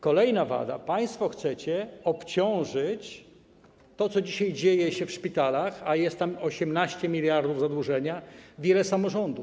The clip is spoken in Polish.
Kolejna wada: państwo chcecie obciążyć - to, co dzisiaj dzieje się w szpitalach, a jest tam 18 mld zł zadłużenia - wiele samorządów.